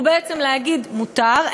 הוא להגיד שמותר,